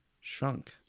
shrunk